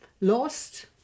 lost